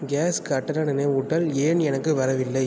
case கட்டண நினைவூட்டல் ஏன் எனக்கு வரவில்லை